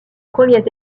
premiers